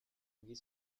voguer